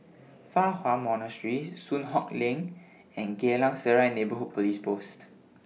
Fa Hua Monastery Soon Hock Lane and Geylang Serai Neighbourhood Police Post